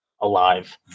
alive